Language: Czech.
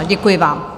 Děkuji vám.